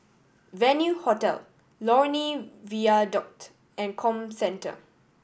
Venue Hotel Lornie Viaduct and Comcentre